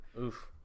Oof